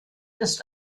ist